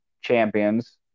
champions